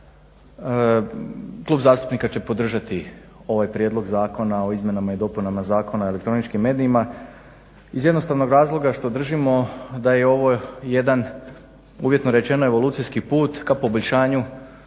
klub zastupnika će podržati ovaj Prijedlog zakona o izmjenama i dopunama Zakona o elektroničkim medijima iz jednostavnog razloga što držimo da je ovo jedan uvjetno rečeno evolucijski put ka poboljšanju